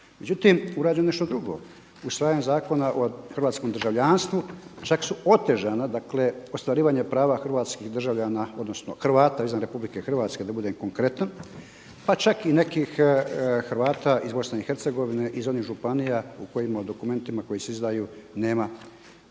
Međutim urađeno je nešto drugo, usvajanjem Zakona o hrvatskom državljanstvu čak su otežana ostvarivanje prava hrvatskih državljana odnosno Hrvata izvan RH da budem konkretan, pa čak i nekih Hrvata iz BiH iz onih županija u kojima dokumentima koji se izdaju nema